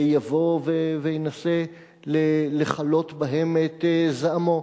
ויבוא וינסה לכלות בהן את זעמו.